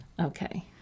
okay